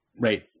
right